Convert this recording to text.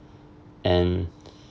and